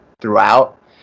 throughout